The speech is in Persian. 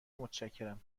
متشکرم